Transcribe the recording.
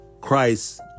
Christ